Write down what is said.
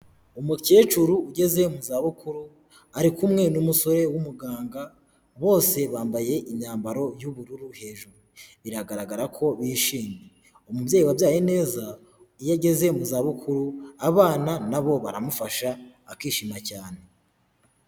Umukecuru ugeze mu za bukuru, ari kumwe n'umusore w'umuganga, bose bambaye imyambaro y'ubururu hejuru, biragaragara ko bishimye, umubyeyi wabyaye neza iyo ageze mu zabukuru, abana nabo baramufasha akishima cyane.